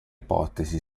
ipotesi